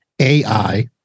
AI